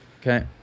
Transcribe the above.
okay